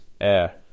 air